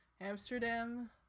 Amsterdam